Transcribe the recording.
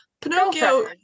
Pinocchio